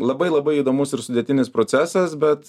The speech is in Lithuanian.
labai labai įdomus ir sudėtinis procesas bet